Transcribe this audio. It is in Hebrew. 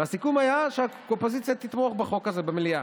והסיכום היה שהאופוזיציה תתמוך בחוק הזה במליאה.